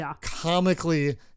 comically